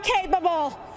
capable